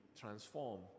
transform